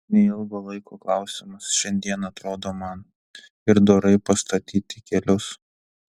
neilgo laiko klausimas šiandien atrodo man ir dorai pastatyti kelius